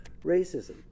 Racism